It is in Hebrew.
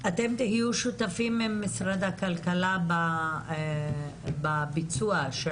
אתם תהיו שותפים עם משרד הכלכלה בביצוע של